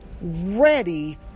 ready